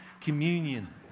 communion